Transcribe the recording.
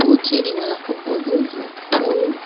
பூச்செடி வளர்க்கும் போது பூ